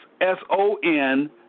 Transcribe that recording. S-O-N